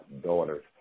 daughter's